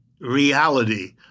reality